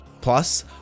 Plus